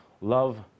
love